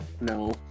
No